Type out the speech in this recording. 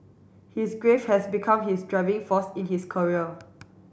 his grief has become his driving force in his career